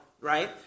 right